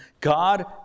God